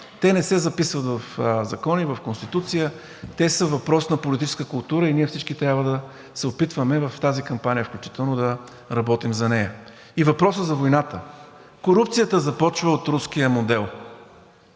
Те не се записват в закони, в Конституция, те са въпрос на политическа култура и ние всички трябва да се опитваме, в тази кампания, включително да работим за нея. И въпросът за войната. Корупцията започва от руския модел.